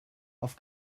auf